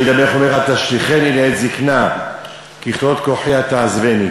דוד המלך אומר "אל תשליכני לעת זקנה ככלות כֹּחי אל תעזבני".